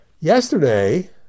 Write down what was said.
Yesterday